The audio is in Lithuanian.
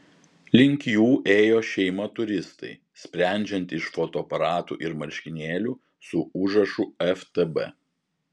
link jų ėjo šeima turistai sprendžiant iš fotoaparatų ir marškinėlių su užrašu ftb